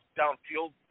downfield